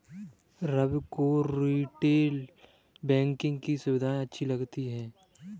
रवि को retail banking की सुविधाएं अच्छी लगी